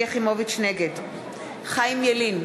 נגד חיים ילין,